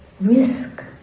risk